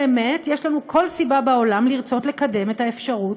באמת יש לנו כל סיבה בעולם לרצות לקדם את האפשרות